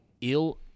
ill